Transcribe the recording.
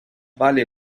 vale